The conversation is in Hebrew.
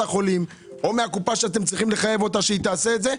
החולים או מהקופה שאתם צריכים לחייב אותה שתעשה את זה,